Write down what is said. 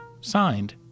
Signed